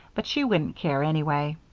but she wouldn't care, anyway.